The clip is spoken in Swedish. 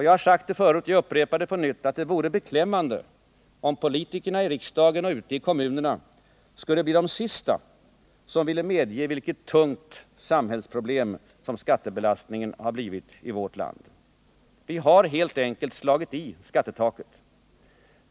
Jag har sagt det förut, och jag upprepar det på nytt: Det vore beklämmande, om politikerna i riksdagen och ute i kommunerna skulle bli de sista som ville medge vilket tungt samhällsproblem som skattebelastningen har blivit i vårt land. Vi har helt enkelt slagit i skattetaket.